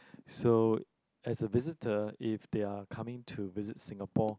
so as a visitor if they are coming to visit Singapore